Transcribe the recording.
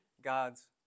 God's